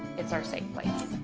it's our safe place.